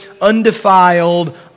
undefiled